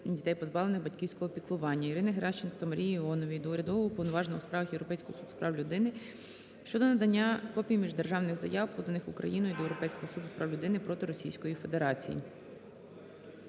дітей, позбавлених батьківського піклування. Ірини Геращенко та Марії Іонової до Урядового уповноваженого у справах Європейського суду з прав людини щодо надання копій міждержавних заяв, поданих Україною до Європейського Суду з прав людини проти Російської Федерації.